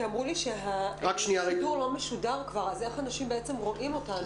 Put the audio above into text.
כי אמרו לי שהשידור לא משודר כבר אז איך אנשים בעצם רואים אותנו?